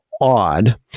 odd